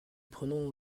prenons